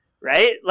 right